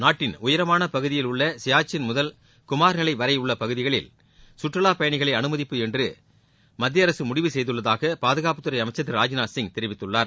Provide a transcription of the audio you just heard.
நாட்டின் உயரமான பகுதியில் உள்ள சியாச்சின் முதல் குமார்நிலை வரை உள்ள பகுதிகளில் சுற்றுவா பயணிகளை அனுமதிப்பது என்று மத்திய அரசு முடிவு செய்துள்ளதாக பாதுகாப்புத்துறை அமைச்சர் திரு ராஜ்நாத் சிங் தெரிவித்துள்ளார்